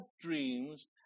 dreams